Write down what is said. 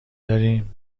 داریم